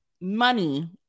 money